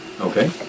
Okay